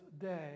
day